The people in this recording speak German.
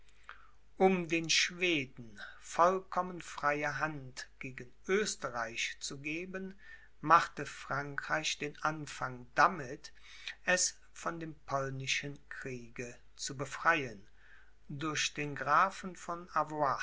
um den schweden vollkommen freie hand gegen oesterreich zu geben machte frankreich den anfang damit es von dem polnischen kriege zu befreien durch den grafen von